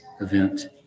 event